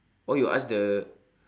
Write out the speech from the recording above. oh you ask the